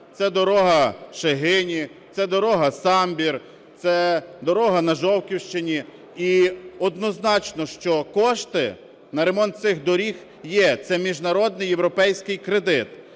це дорога Шегині, це дорога Самбір, це дорога на Жовківщині. І однозначно, що кошти на ремонт цих доріг є, це міжнародний європейський кредит.